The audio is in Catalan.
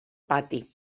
pati